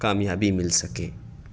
کامیابی مل سکے